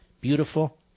beautiful